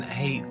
hey